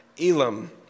Elam